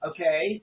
Okay